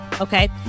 Okay